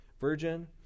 virgin